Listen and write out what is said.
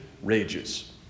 rages